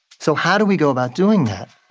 so how do we go about doing that?